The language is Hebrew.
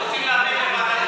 אנחנו רוצים להעביר לוועדת